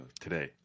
today